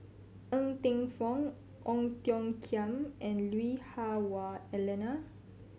Ng Teng Fong Ong Tiong Khiam and Lui Hah Wah Elena